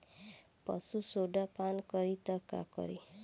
पशु सोडा पान करी त का करी?